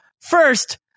first